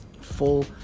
full